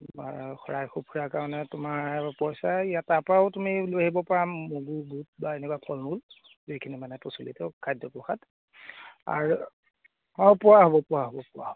শৰাই সঁফুৰা কাৰণে তোমাৰ পইচা ইয়াত তাৰ পৰাও তুমি লৈ আহিব পৰা মগু বুট বা এনেকুৱা ফল মূল যিখিনি মানে প্ৰচলিত খাদ্য প্ৰসাদ আৰু অঁ পোৱা হ'ব পোৱা হ'ব পোৱা হ'ব